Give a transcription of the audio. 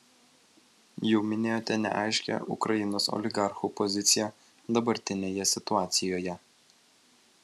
jau minėjote neaiškią ukrainos oligarchų poziciją dabartinėje situacijoje